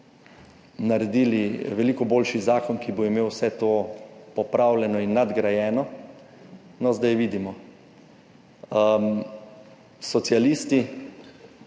naredili veliko boljši zakon, ki bo imel vse to popravljeno in nadgrajeno. No, zdaj vidimo, socialisti